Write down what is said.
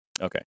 Okay